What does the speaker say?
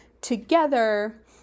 together